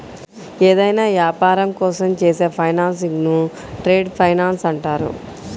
ఏదైనా యాపారం కోసం చేసే ఫైనాన్సింగ్ను ట్రేడ్ ఫైనాన్స్ అంటారు